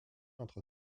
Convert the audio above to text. entre